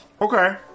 Okay